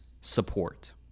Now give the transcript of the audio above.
support